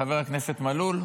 חבר הכנסת מלול?